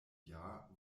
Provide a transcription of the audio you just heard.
jahr